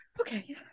Okay